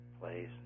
plays